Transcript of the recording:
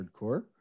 hardcore